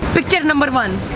picture number one.